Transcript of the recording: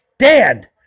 stand